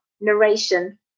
narration